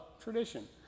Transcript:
tradition